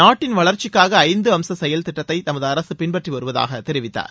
நாட்டின் வளர்ச்சிக்காக ஐந்து அம்ச செயல் திட்டத்தை தமது அரசு பின்பற்றி வருவதாக தெரிவித்தார்